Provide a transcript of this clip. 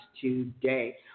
today